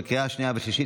לקריאה שנייה ושלישית.